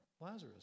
Lazarus